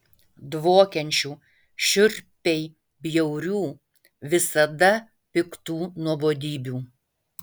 dvokiančių šiurpiai bjaurių visada piktų nuobodybių